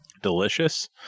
delicious